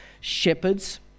shepherds